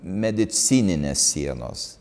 medicininės sienos